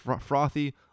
frothy